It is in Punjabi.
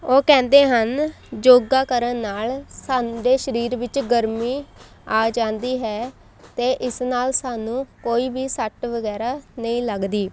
ਉਹ ਕਹਿੰਦੇ ਹਨ ਯੋਗਾ ਕਰਨ ਨਾਲ ਸਾਡੇ ਸਰੀਰ ਵਿੱਚ ਗਰਮੀ ਆ ਜਾਂਦੀ ਹੈ ਅਤੇ ਇਸ ਨਾਲ ਸਾਨੂੰ ਕੋਈ ਵੀ ਸੱਟ ਵਗੈਰਾ ਨਹੀਂ ਲੱਗਦੀ